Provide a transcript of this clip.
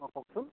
অঁ কওকচোন